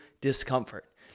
discomfort